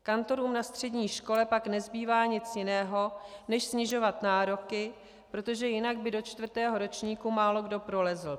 Kantorům na střední škole pak nezbývá nic jiného než snižovat nároky, protože jinak by do čtvrtého ročníku málokdo prolezl.